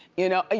you know? ah